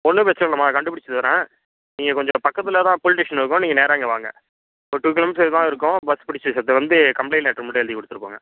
ஒன்றும் பிரச்சின இல்லைமா கண்டுபிடிச்சி தரேன் நீங்கள் கொஞ்சம் பக்கத்தில் தான் போலீஸ் டேஷன் இருக்கும் நீங்கள் நேராக இங்கே வாங்க ஒரு டூ கிலோமீட்டரில் தான் இருக்கும் பஸ் பிடிச்சி சித்த வந்து கம்ப்ளைண்ட் லெட்ரு மட்டும் எழுதி கொடுத்துட்டு போங்க